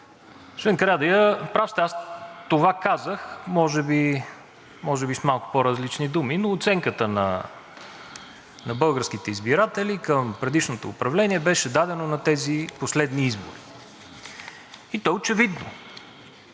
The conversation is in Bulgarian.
Карадайъ, прав сте, това казах може би с малко по-различни думи, но оценката на българските избиратели към предишното управление беше дадена на тези последни избори и то е очевидно.